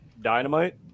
dynamite